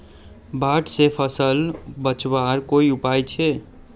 बाढ़ से फसल बचवार कोई उपाय छे?